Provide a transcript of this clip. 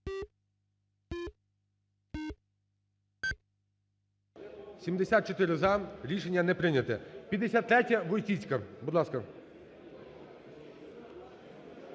За-74 Рішення не прийнято. 53-я, Войціцька, будь ласка.